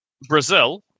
Brazil